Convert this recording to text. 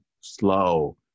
slow